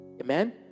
Amen